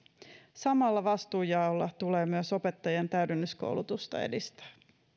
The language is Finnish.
samalla vastuunjaolla tulee myös opettajien täydennyskoulutusta edistää